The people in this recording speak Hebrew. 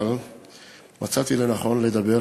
אבל מצאתי לנכון לדבר.